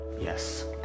Yes